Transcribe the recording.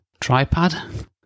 Tripad